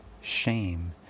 shame